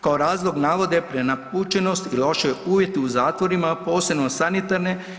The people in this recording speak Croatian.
Kao razlog navode prenapučenost i loše uvjete u zatvorima, posebno sanitarne.